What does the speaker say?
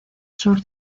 sur